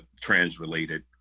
trans-related